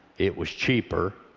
it was cheaper,